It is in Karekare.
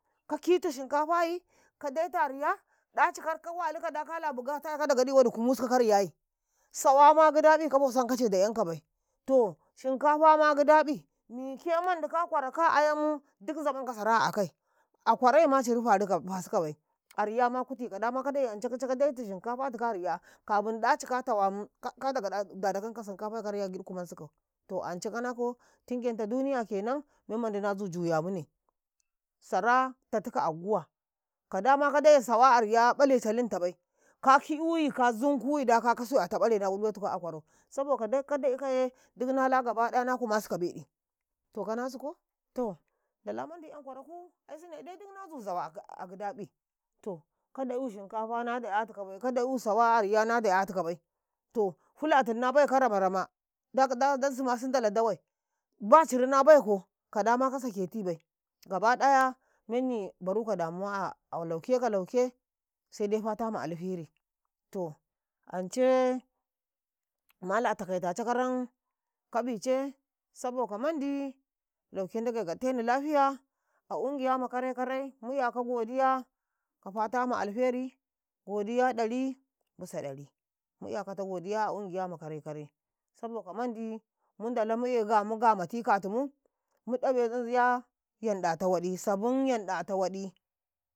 ﻿kakitu shinkafayi ka daitu a riya ɗaci harka walika da kala buqata ka dagaɗi wadi kumusika kariyayi, sawama giɗabi kabo sankace da 'yankabai to shinkafama giɗaƃi, mike mandi ka kwaraka ayannu duk zabanka sara a akai qwaraima ciri fasikabai, a riyama kuti ka dama ka daye ance kiceka daitu shinkafatika a riya kafin ɗaci ka tawan ka ka dagaɗa da da kanka shinkafai ka riya giɗ kuman sikau to ance kanako fingenta duniya kenam memmandi nazu juyamu ne sara tatika aguwa ka dama ka da'e sawa a riya ƃale calintabai ka ki euyi ka zunkuyi daka kasui a taƃare da iletika a kwarau saboka dak ka daikaye duk nala gaba waɗi na kumasika beɗi, to kanasiko to ndala mandi 'yan kwaraku aisune de duk nazu zawa aga a gidaƃi to ka da'eusawa a riya na da 'yatikabai to fulatun na baika rama -rama dakda dansuma sun ndala dawai ba ciri na baiko ka dama ka saketibai gaba ɗaya menyi baruka damuwa a kuke kalauke sede fata ma alheri to ance mala takaita cakaran ka bice saboda ka mandi lauke ndagai gaɗteni lafiya a ungiya ma kare-kare mu'yaka godiya ka fata ma alferi godiya ɗari bisa ɗari mu'yakata godiya a ungiya ma kare-kare saboka mandi mu ndala mu e ga mu gamati katumu ɗawe sabun yanɗata woɗi, sabun yanɗato woɗi.